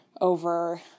over